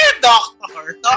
doctor